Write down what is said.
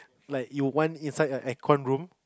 like you want inside a air con room